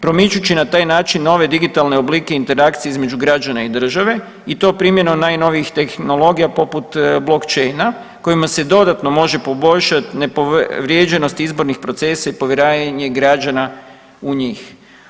Promičući na taj način nove digitalne oblike interakcije između građana i države i to primjenom najnovijih tehnologija poput Blockchaina kojima se dodatno može poboljšati nepovrijeđenost izbornih procesa i povjerenje građana u njih.